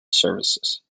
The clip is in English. services